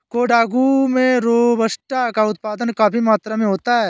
कोडागू में रोबस्टा का उत्पादन काफी मात्रा में होता है